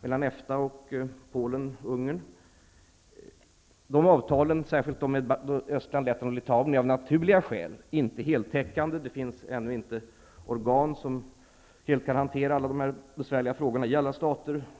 mellan EFTA och Polen och Ungern. Dessa avtal -- särskilt dem med Estland, Lettland och Litauen -- är av naturliga skäl inte heltäckande. Det finns ännu inte organ i alla stater som helt kan hantera alla dessa besvärliga frågor.